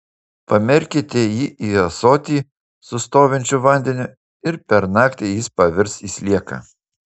pamerkite jį į ąsotį su stovinčiu vandeniu ir per naktį jis pavirs į slieką